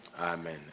Amen